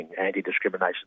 anti-discrimination